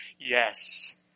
Yes